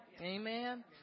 amen